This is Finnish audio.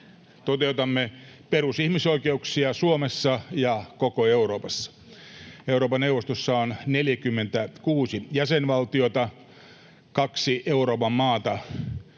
...toteutamme perusihmisoikeuksia Suomessa ja koko Euroopassa. Euroopan neuvostossa on 46 jäsenvaltiota. Kaksi Euroopan maata